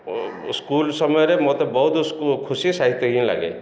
school ସମୟରେ ମୋତେ ବହୁତ ଖୁସି ସାହିତ୍ୟ ହିଁ ଲାଗେ